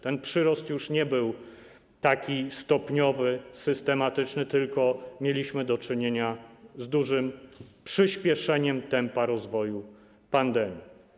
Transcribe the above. Ten przyrost już nie był taki stopniowy, systematyczny, tylko mieliśmy do czynienia z dużym przyspieszeniem tempa rozwoju pandemii.